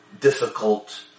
difficult